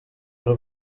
y’u